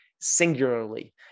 singularly